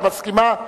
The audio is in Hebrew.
את מסכימה?